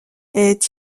est